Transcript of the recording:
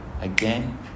again